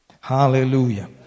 Hallelujah